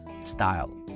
style